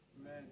Amen